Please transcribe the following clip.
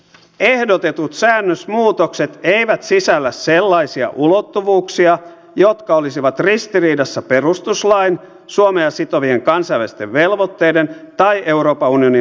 ehdotetut säännösmuutokset eivät sisällä sellaisia ulottuvuuksia jotka olisivat ristiriidassa perustuslain suomea sitovien kansainvälisten velvoitteiden tai euroopan unionin lainsäädännön kanssa